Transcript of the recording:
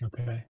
Okay